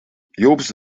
jobst